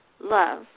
Love